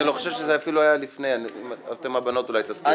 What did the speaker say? אני חושב שזה היה לפני אתן הבנות אולי תזכירו לי.